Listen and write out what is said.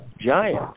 giant